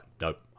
Nope